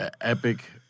Epic